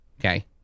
Okay